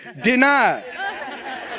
Denied